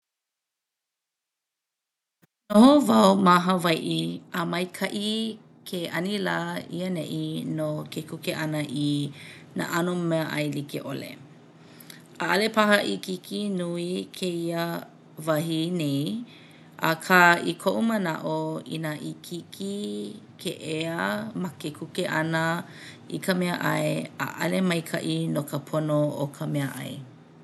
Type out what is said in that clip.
Noho wau ma Hawaiʻi a maikaʻi ke anilā i aneʻi no ke kuke ʻana i nā ʻano meaʻai like ʻole. ʻAʻole paha ikiiki nui kēia wahi nei akā i koʻu manaʻo inā ikiiki ke ea ma ke kuke ʻana i ka meaʻai ʻaʻole maikaʻi no ka pono o ka meaʻai.